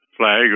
flag